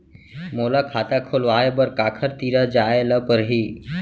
मोला खाता खोलवाय बर काखर तिरा जाय ल परही?